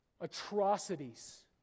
Atrocities